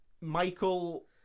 Michael